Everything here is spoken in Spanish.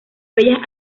bellas